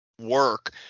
work